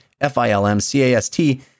F-I-L-M-C-A-S-T